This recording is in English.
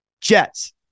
Jets